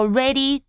ready